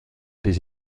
des